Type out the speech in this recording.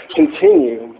continue